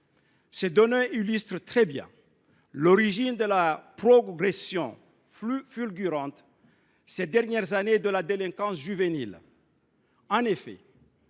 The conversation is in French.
Ces données illustrent très bien l’origine de la progression, fulgurante ces dernières années, de la délinquance juvénile.